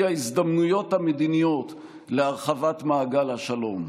ההזדמנויות המדיניות להרחבת מעגל השלום.